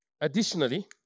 Additionally